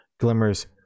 Glimmers